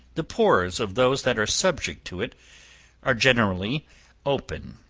the pores of those that are subject to it are generally open,